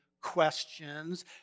questions